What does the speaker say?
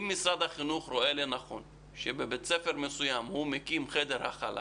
אם משרד החינוך רואה לנכון להקים בבית ספר מסוים חדר הכלה